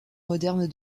moderne